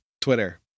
Twitter